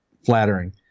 flattering